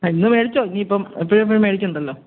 ഇങ്ങ് മേടിച്ചോ ഇനി ഇപ്പോൾ എപ്പോഴും എപ്പോഴും മേടിക്കണ്ടല്ലോ